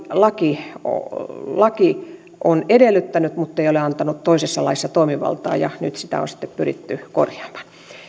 laki laki on edellyttänyt mutta ei ole antanut toisessa laissa toimivaltaa ja nyt sitä on sitten pyritty korjaamaan